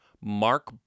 Mark